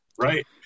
right